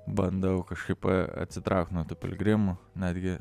bandau kažkaip atsitraukti nuo tų piligrimų netgi